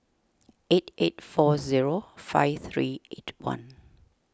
eight eight four zero five three eight one